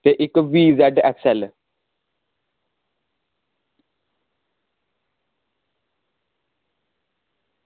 ते इक्क वी जेड एक्सएल